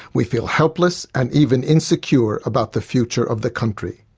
we feel helpless and even insecure about the future of the country.